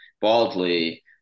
baldly